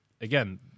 again